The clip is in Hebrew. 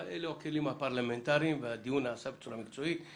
אבל אלו הכלים הפרלמנטרים והדיון נעשה בצורה מקצועית.